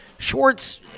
Schwartz